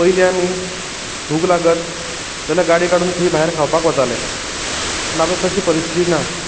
पयलीं आमी भूक लागत जाल्यार गाडी काडून खंयूय खावपाक वताले पूण आतां तशी परिस्थिती ना